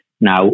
Now